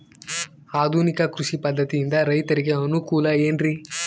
ಆಧುನಿಕ ಕೃಷಿ ಪದ್ಧತಿಯಿಂದ ರೈತರಿಗೆ ಅನುಕೂಲ ಏನ್ರಿ?